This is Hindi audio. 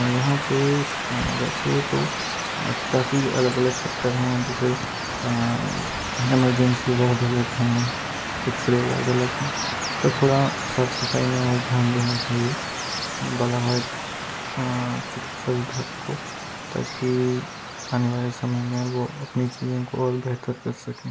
यहाँ पर वैसे तो काफ़ी अलग अलग सेक्टर हैं जैसे हेंमरजेंसी वार्ड अलग हैं एक्स रे वर्ड अलग हैं पर तो थोड़ा साफ़ सफ़ाई में और ध्यान देना चाहिए बालाहाट चिकित्सा विभाग को ताकि आने वाले समय में वो अपनी चीज़ों को और बेहतर कर सकें